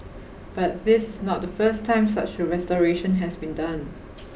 but this is not the first time such a restoration has been done